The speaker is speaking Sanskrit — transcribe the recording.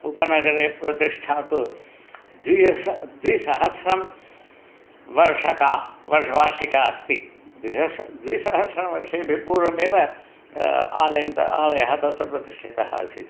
उपनगरे प्रतिष्ठा तु द्विस द्विसहस्रं वार्षिका वर्ष् वार्षिका अस्ति द्विहस्र द्विसहस्रवर्षेभ्यः पूर्वमेव आलयः सः आलयः तत्र प्रतिष्ठितः आसीत्